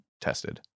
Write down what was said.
tested